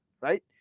right